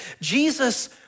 Jesus